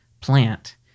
plant